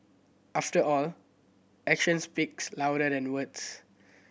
after all actions speaks louder than words